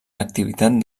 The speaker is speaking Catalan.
l’activitat